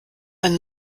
ein